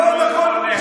לא נכון.